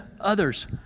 others